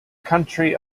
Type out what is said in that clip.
country